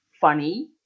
funny